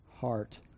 heart